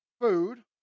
food